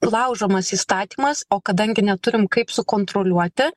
laužomas įstatymas o kadangi neturim kaip sukontroliuoti